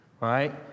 Right